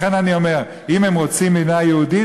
לכן אני אומר: אם הם רוצים מדינה יהודית,